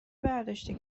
برداشتی